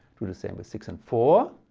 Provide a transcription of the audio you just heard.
do the same with six and four.